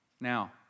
Now